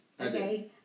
Okay